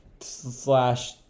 Slash